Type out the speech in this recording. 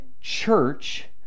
church